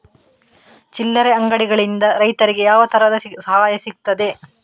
ಚಿಲ್ಲರೆ ಅಂಗಡಿಗಳಿಂದ ರೈತರಿಗೆ ಯಾವ ತರದ ಸಹಾಯ ಸಿಗ್ತದೆ?